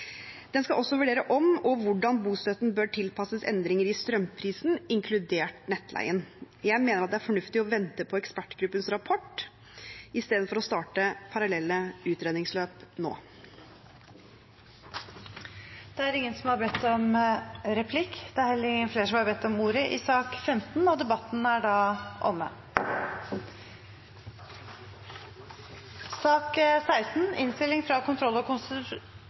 Den skal også vurdere om og hvordan bostøtten bør tilpasses endringer i strømprisen, inkludert nettleien. Jeg mener det er fornuftig å vente på ekspertgruppens rapport i stedet for å starte parallelle utredningsløp nå. Flere har ikke bedt om ordet til sak nr. 15. Etter ønske fra kontroll- og konstitusjonskomiteen vil presidenten ordne debatten slik: 5 minutter til hver partigruppe og